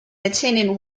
attended